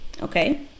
Okay